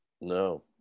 No